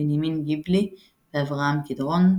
בנימין גיבלי ואברהם קדרון,